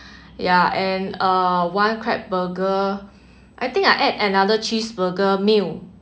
yeah and uh one crab burger I think I add another cheese burger meal